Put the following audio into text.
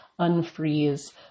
unfreeze